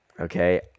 okay